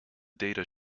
data